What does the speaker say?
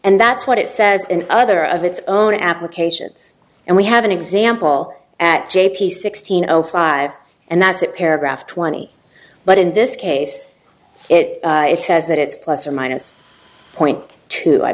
and that's what it says in other of its own applications and we have an example at j p sixteen zero five and that's it paragraph twenty but in this case it it says that it's plus or minus zero point two i